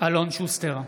אלון שוסטר,